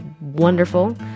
wonderful